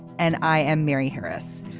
and i am mary harris.